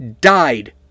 died